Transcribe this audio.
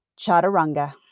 chaturanga